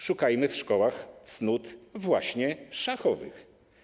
Szukajmy w szkołach cnót właśnie szachowych.